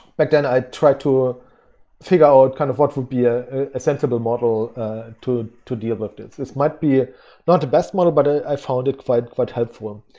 back then i tried to figure out kind of what would be a ah sensible model to to deal with this. this might be not the best model, but i found it quite quite helpful. um